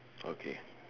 okay